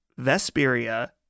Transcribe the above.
Vesperia